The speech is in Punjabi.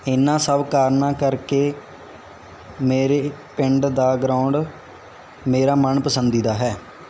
ਇਹਨਾਂ ਸਭ ਕਾਰਨਾਂ ਕਰਕੇ ਮੇਰੇ ਪਿੰਡ ਦਾ ਗਰਾਉਂਡ ਮੇਰਾ ਮਨ ਪਸੰਦੀਦਾ ਹੈ